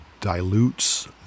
dilutes